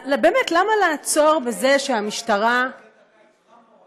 למה לעצור בזה שהמשטרה, לבטל את הקיץ, חם נורא.